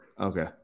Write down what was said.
Okay